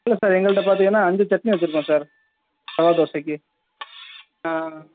இல்லை சார் எங்கள்கிட்ட பார்த்தீங்கன்னா அஞ்சு சட்னி வச்சிருக்கோம் சார் ரவா தோசைக்கு ஆ